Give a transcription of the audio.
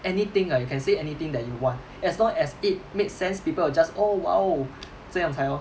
anything uh you can say anything that you want as long as it make sense people will just oh !wow! 这样才 lor